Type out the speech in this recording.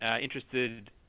interested